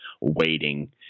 waiting